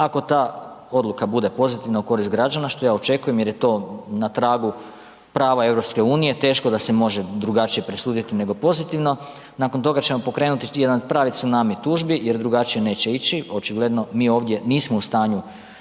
Ako ta odluka bude pozitivna u korist građana, što ja očekujem jer je to na tragu prava EU, teško da se može drugačije presuditi nego pozitivno, nakon toga ćemo pokrenuti jedan pravi cunami tužbi jer drugačije neće ići, očigledno mi ovdje nismo u stanju